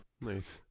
Nice